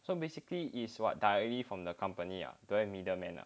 so basically is what directly from the company ah don't have middleman ah